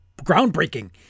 groundbreaking